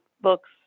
book's